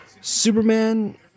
Superman